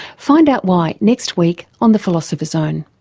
find out why next week on the philosopher's zone